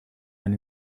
mijn